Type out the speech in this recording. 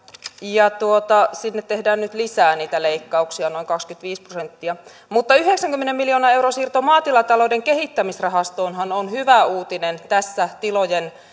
ja sinne tehdään nyt lisää niitä leikkauksia noin kaksikymmentäviisi prosenttia mutta yhdeksänkymmenen miljoonan euron siirto maatilatalouden kehittämisrahastoonhan on hyvä uutinen tässä tilojen